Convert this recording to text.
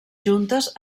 juntes